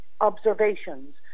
observations